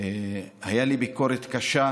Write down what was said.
הייתה לי ביקורת קשה